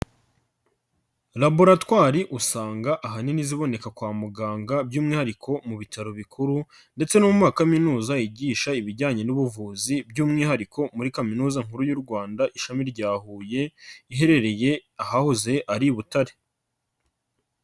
Laboratwari usanga ahanini ziboneka kwa muganga by'umwihariko mu bitaro bikuru ndetse no mu makaminuza yigisha ibijyanye n'ubuvuzi by'umwihariko muri Kaminuza Nkuru y'u Rwanda, ishami rya Huye, iherereye ahahoze ari i Butare.